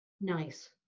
Nice